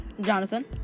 jonathan